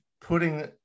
putting